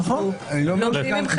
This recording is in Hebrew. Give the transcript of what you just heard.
נכון,